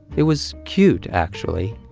it was cute, actually.